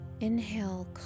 Inhale